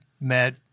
met